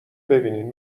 ببینین